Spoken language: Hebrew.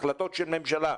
החלטות של ממשלה,